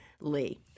Lee